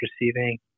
receiving